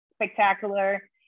spectacular